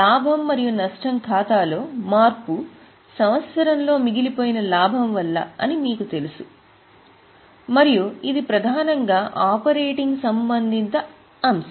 లాభం మరియు నష్టం ఖాతాలో మార్పు సంవత్సరంలో పేరుకుపోయిన లాభం వల్ల అని మీకు తెలుసు మరియు ఇది ప్రధానంగా ఆపరేటింగ్ సంబంధిత అంశం